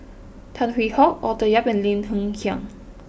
Tan Hwee Hock Arthur Yap and Lim Hng Kiang